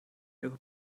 ihre